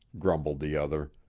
grumbled the other,